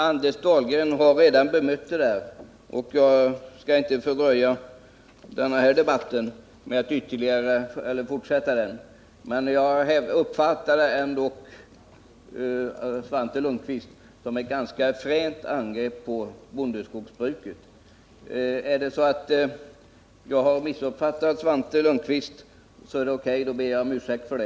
Anders Dahlgren har redan bemött detta, och jag skall inte förlänga den här debatten med att diskutera den frågan ytterligare. Jag uppfattade ändå Svante Lundkvists anförande som ett ganska fränt angrepp på bondeskogsbruket. Har jag missuppfattat Svante Lundkvist, ber jag om ursäkt.